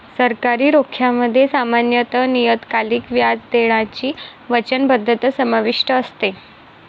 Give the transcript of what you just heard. सरकारी रोख्यांमध्ये सामान्यत नियतकालिक व्याज देण्याची वचनबद्धता समाविष्ट असते